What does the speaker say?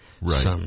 Right